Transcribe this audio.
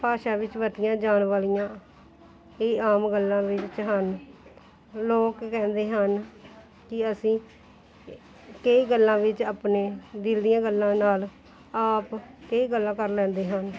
ਭਾਸ਼ਾ ਵਿੱਚ ਵਰਤੀਆਂ ਜਾਣ ਵਾਲੀਆਂ ਇਹ ਆਮ ਗੱਲਾਂ ਵੀ ਵਿੱਚ ਹਨ ਲੋਕ ਕਹਿੰਦੇ ਹਨ ਕਿ ਅਸੀਂ ਕਈ ਗੱਲਾਂ ਵਿੱਚ ਆਪਣੇ ਦਿਲ ਦੀਆਂ ਗੱਲਾਂ ਨਾਲ ਆਪ ਇਹ ਗੱਲਾਂ ਕਰ ਲੈਂਦੇ ਹਾਂ